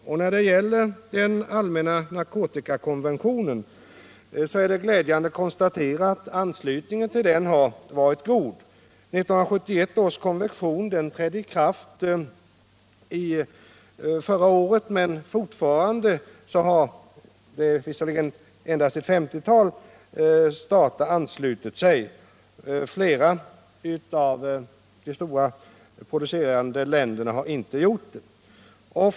1971 års konvention trädde i kraft förra året och anslutningen till den allmänna narkotikakonventionen har varit god, även om fortfarande bara ett 50-tal stater anslutit sig. Flera av de stora narkotikaproducerande länderna har emellertid inte gjort det.